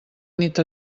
nit